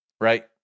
Right